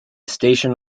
station